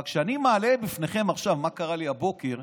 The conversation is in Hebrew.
אבל כשאני מעלה בפניכם עכשיו מה קרה לי הבוקר,